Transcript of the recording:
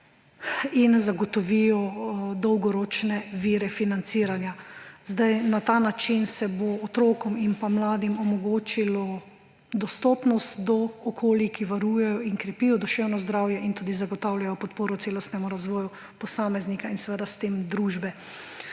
in zagotovijo dolgoročne vire financiranja. Na ta način se bo otrokom in pa mladim omogočilo dostopnost do okolij, ki varujejo in krepijo duševno zdravje in tudi zagotavljajo podporo celostnemu razvoju posameznika in s tem seveda družbe.